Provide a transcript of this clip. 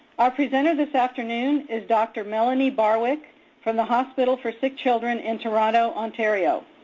our presenter this afternoon is dr. melanie barwick from the hospital for sick children in toronto, ontario.